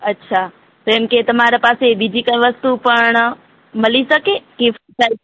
અચ્છા તો એમ કે તમારા પાસે બીજી કોઈ વસ્તુ પણ મળી શકે ગિફ્ટ ટાઈપ